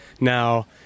now